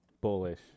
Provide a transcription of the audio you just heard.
bullish